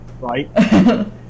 right